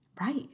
right